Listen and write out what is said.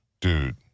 Dude